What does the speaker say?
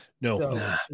No